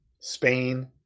Spain